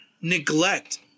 neglect